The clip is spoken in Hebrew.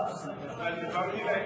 אם הוא לא